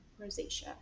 rosacea